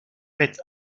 faites